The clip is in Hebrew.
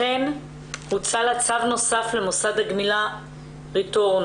הוצא לה צו נוסף למוסד הגמילה רטורנו,